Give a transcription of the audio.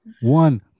one